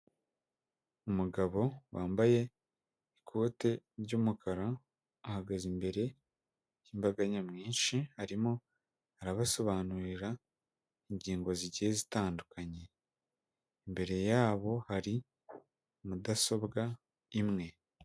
Umugabo wambaye ikote ry'umukara ahagaze imbere y'imbaga nyamwinshi arimo arabasobanurira ingingo zigiye zitandukanye. Imbere yabo hari mudasobwa imwe.